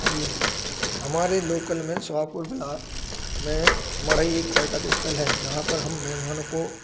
जी हमारे लोकल में सुहागपुर में मड़ई एक पर्यटक स्थल है जहाँ पर हम महमानों को